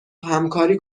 همکاری